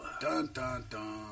Dun-dun-dun